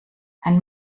ein